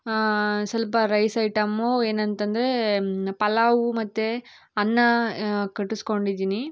ಸ್ವಲ್ಪ rice item ಏನಂತ ಅಂದರೆ ಪಲಾವು ಮತ್ತು ಅನ್ನ ಕಟ್ಟಿಸ್ಕೊಂಡಿದ್ದೀನಿ